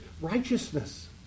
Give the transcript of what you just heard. righteousness